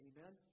Amen